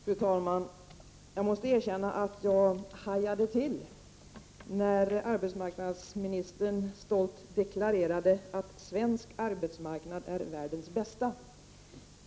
Fru talman! Jag måste erkänna att jag hajade till när arbetsmarknadsministern stolt deklarerade att svensk arbetsmarknad är världens bästa.